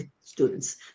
students